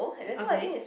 okay